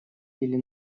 или